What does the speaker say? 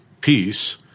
peace